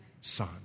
son